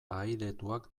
ahaidetuak